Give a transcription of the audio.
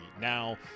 now